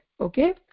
Okay